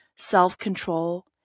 self-control